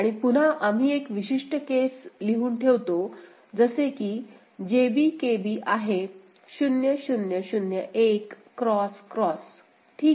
आणि पुन्हा आम्ही एक विशिष्ट केस लिहून ठेवतो जसे की JB KB आहे 0 0 0 1 X X ठीक